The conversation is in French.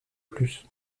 plus